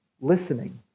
listening